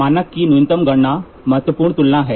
मानक की न्यूनतम गणना महत्वपूर्ण तुलना है